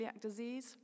disease